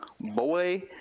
boy